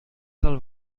well